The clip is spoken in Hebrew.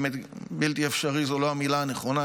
"בלתי אפשרי" זאת לא המילה הנכונה,